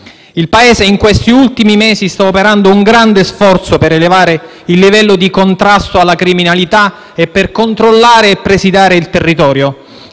In questi ultimi mesi, il Paese sta operando un grande sforzo per elevare il livello di contrasto alla criminalità e per controllare e presidiare il territorio.